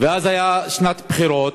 ואז הייתה שנת בחירות,